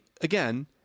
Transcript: again